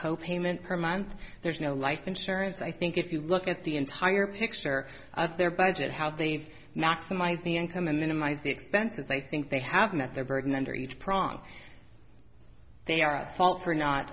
co payment per month there's no life insurance i think if you look at the entire picture at their budget how they've knocked on my eyes the income and minimize expenses i think they have met their burden under each pronk they are a fault for not